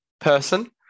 person